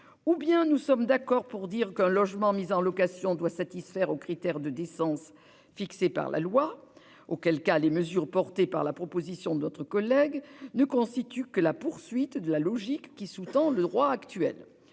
ou bien nous sommes d'accord pour dire qu'un logement mis en location doit satisfaire aux critères de décence fixés par la loi, auquel cas les mesures portées par la proposition de notre collègue ne constituent que la poursuite de la logique qui sous-tend le droit actuel ;